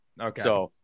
Okay